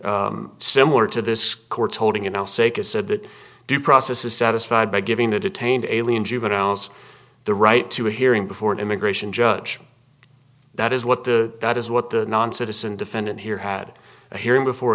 three similar to this court's holding you know sake is a bit due process is satisfied by giving the detained alien juveniles the right to a hearing before an immigration judge that is what the that is what the non citizen defendant here had a hearing before